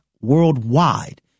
worldwide